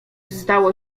zdało